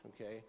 okay